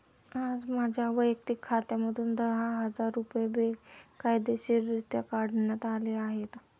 आज माझ्या वैयक्तिक खात्यातून दहा हजार रुपये बेकायदेशीररित्या काढण्यात आले आहेत